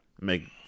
Make